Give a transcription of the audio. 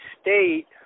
state